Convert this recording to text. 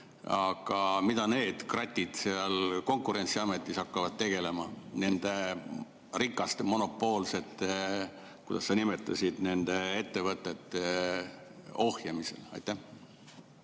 Aga mida need kratid seal Konkurentsiametis hakkavad tegema nende rikaste monopoolsete – nii sa nimetasid – ettevõtete ohjamisel? Hea